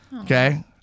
okay